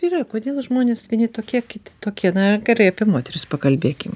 yra kodėl žmonės vieni tokie kiti tokie na gerai apie moteris pakalbėkim